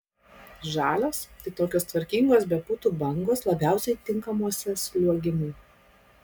žalios tai tokios tvarkingos be putų bangos labiausiai tinkamuose sliuogimui